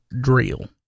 drill